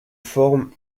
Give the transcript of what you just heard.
forme